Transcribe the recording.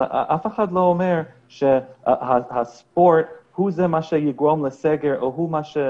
אף אחד לא אומר שהספורט הוא זה שיגרום או שיוביל